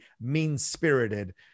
mean-spirited